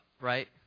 right